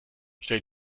stell